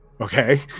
Okay